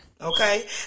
Okay